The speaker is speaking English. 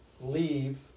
leave